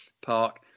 park